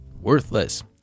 worthless